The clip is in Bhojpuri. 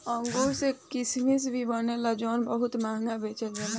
अंगूर से किसमिश भी बनेला जवन बहुत महंगा बेचल जाला